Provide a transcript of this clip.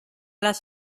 las